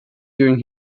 during